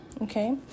okay